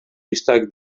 pistak